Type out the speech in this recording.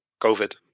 COVID